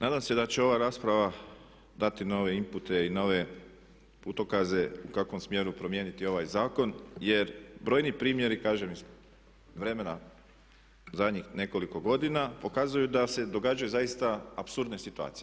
Nadam se da će ova rasprava dati nove input e i nove putokaze u kakvom smjeru promijeniti ovaj zakon jer brojni primjeri, kažem iz vremena zadnjih nekoliko godina pokazuju da se događaju zaista apsurdne situacije.